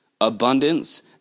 abundance